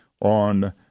on